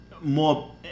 more